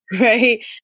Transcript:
right